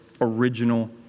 original